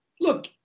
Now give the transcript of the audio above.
look